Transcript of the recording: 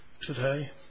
today